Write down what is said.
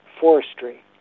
forestry